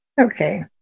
Okay